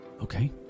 Okay